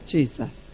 Jesus